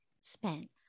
spent